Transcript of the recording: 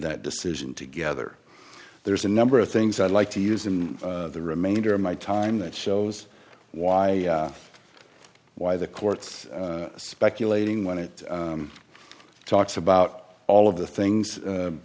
that decision together there's a number of things i'd like to use in the remainder of my time that shows why why the court's speculating when it talks about all of the things